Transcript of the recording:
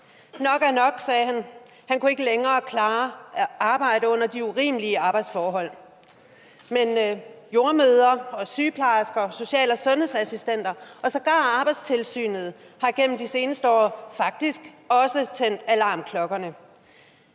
Nok er nok, sagde han. Han kunne ikke længere klare at arbejde under de urimelige arbejdsforhold. Men jordemødre, sygeplejersker, social- og sundhedsassistenter og sågar Arbejdstilsynet har igennem de seneste år faktisk også tændt alarmklokkerne.